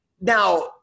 Now